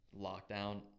lockdown